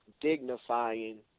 dignifying